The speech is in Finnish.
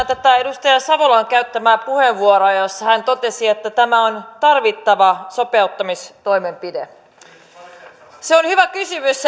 tätä edustaja savolan käyttämää puheenvuoroa jossa hän totesi että tämä on tarvittava sopeuttamistoimenpide se on hyvä kysymys